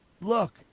look